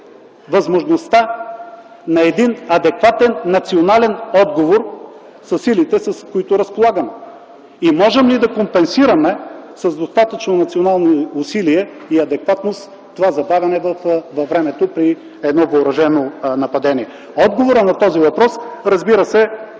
възможността на един адекватен национален отговор със силите, с които разполагаме и можем ли да компенсираме с достатъчно национални усилия и адекватност това забавяне във времето при въоръжено нападение? Отговорът на този въпрос стои